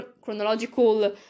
chronological